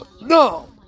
No